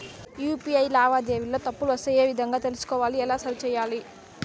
UPI లావాదేవీలలో తప్పులు వస్తే ఏ విధంగా తెలుసుకోవాలి? ఎలా సరిసేయాలి?